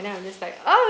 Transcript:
and then I'll just like oh